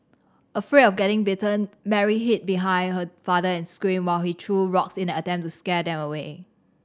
afraid of getting bitten Mary hid behind her father and screamed while he threw rocks in an attempt to scare them away